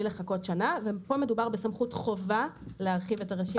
לחכות שנה וכאן מדובר בסמכות חובה להרחיב את הרשימה.